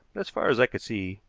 as far as i could see,